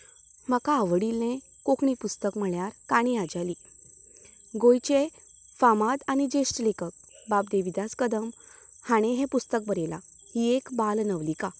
म्हाका आवडिल्लें कोंकणी पुस्तक म्हळ्यार काणी आज्याली गोंयचे फामाद आनी जेश्ठ लेखक बाब देविदास कदम हांणी हें पुस्तक बरयलां ही एक बाल नवलिका